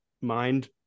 mind